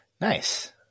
Nice